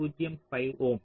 05 ஓம்